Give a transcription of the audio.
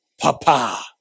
papa